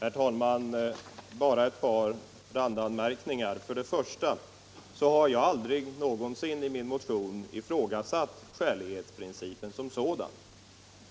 Herr talman! Jag har aldrig i min motion ifrågasatt skälighetsprincipen som sådan.